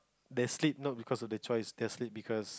they sleep no because of their choice they sleep because